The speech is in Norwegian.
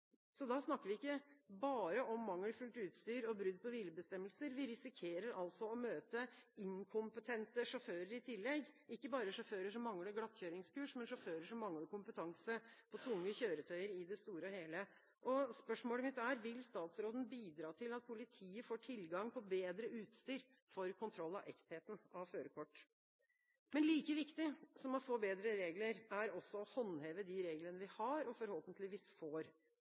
Da snakker vi ikke bare om mangelfullt utstyr og brudd på hvilebestemmelser. Vi risikerer altså å møte inkompetente sjåfører i tillegg – ikke bare sjåfører som mangler glattkjøringskurs, men sjåfører som mangler kompetanse på tunge kjøretøyer i det store og hele. Spørsmålet mitt er: Vil statsråden bidra til at politiet får tilgang på bedre utstyr for kontroll av ektheten av førerkort? Like viktig som å få bedre regler er det også å håndheve de reglene vi har og forhåpentligvis får.